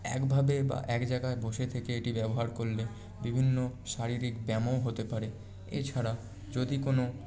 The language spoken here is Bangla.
একভাবে বা এক জায়গায় বসে থেকে এটি ব্যবহার করলে বিভিন্ন শারীরিক ব্যামো হতে পারে এছাড়া যদি কোনো